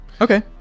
Okay